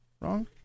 Wrong